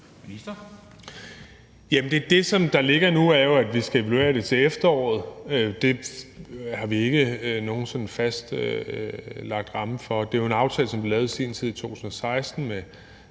som der ligger nu, er jo, at vi skal evaluere det til efteråret. Det har vi ikke nogen sådan fastlagt ramme for. Det er jo en aftale, som blev lavet i 2016